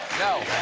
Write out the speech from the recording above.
no.